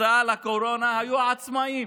כתוצאה מהקורונה היו העצמאים.